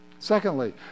Secondly